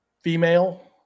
female